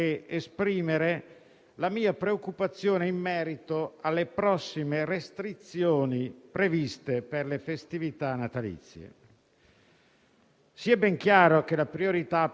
Sia ben chiaro che la priorità per tutti noi è la salute e, considerando ciò che ho vissuto come primo cittadino